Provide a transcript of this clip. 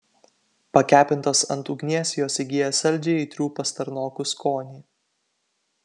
pakepintos ant ugnies jos įgyja saldžiai aitrų pastarnokų skonį